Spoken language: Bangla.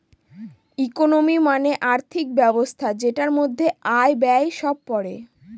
ইকোনমি মানে আর্থিক ব্যবস্থা যেটার মধ্যে আয়, ব্যয় সব পড়ে